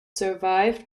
survived